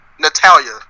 Natalia